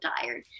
tired